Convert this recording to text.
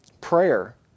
prayer